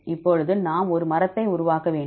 இப்போது நாம் ஒரு மரத்தை உருவாக்க வேண்டும்